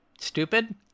stupid